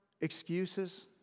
excuses